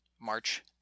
March